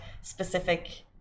specific